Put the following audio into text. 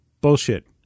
Bullshit